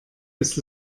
ist